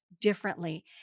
differently